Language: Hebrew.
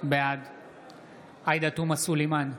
בעד עאידה תומא סלימאן,